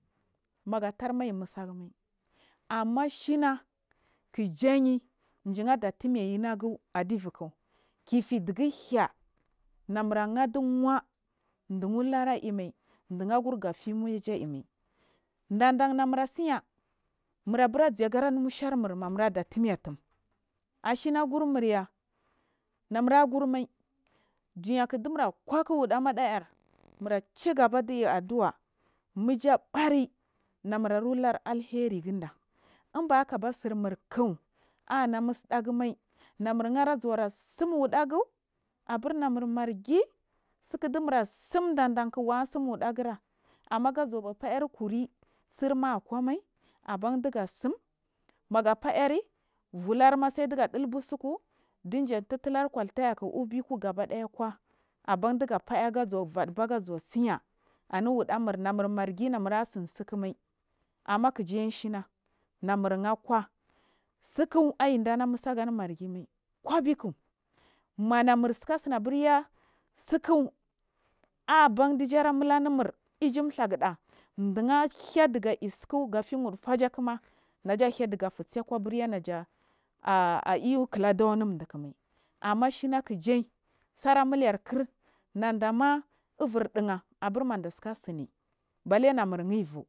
Maga tar mai musagunai amma shina kujaiye da datume yinagu adi juki kefidigu hainga namura hyi ɗiwa a duu’uralma dna gurga fumeja inai dandan namura taya murabur zhigari numushar ka madada tume tumdini kik dua mera kwa kik mura chiga bad vadhiwa majja gari namur ahir alhavi gunda inbahakabatsi nur kak ana musuɗagu mai a namur margi tsak dumur tsun dandank darkih walatun waɗagura amma gazuwa faiya ukuri tsirma kwamai abediya tsun maga ayan fular misai diga diba tsuku dinja ti ear ku tagaki ki ubukuw gabaday. Kwai aban diga faiya gazuwa vaɗuva garu wa tsinga awa wudarmur namur margi namatsin tak umai amma kijaing shiya namur hyakwa siku aida nutsagani margi mai kobikuk manamur tsabini aburya tsiku abai di ifuna mimur mai iju dha guda chingha haidu gai sukuga, fe wuɗufya kikma naja haichi ga fur tsika aburinaja a’a aiyi wu aila do numu duku mai amma shiya kijaay sara mulekin dandama ubur diga abur mada sika tsini bale namurna ivua.